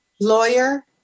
lawyer